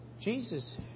Jesus